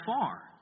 far